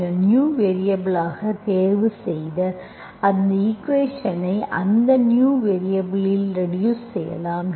சில new variable ஆக தேர்வு செய்து அந்த ஈக்குவேஷன்ஐ அந்த நியூ வேரியபல் இல் ரெடியூஸ் செய்யலாம்